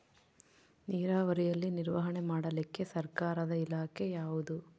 ನೇರಾವರಿಯಲ್ಲಿ ನಿರ್ವಹಣೆ ಮಾಡಲಿಕ್ಕೆ ಸರ್ಕಾರದ ಇಲಾಖೆ ಯಾವುದು?